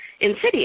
insidious